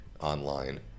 online